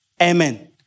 Amen